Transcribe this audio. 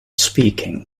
speaking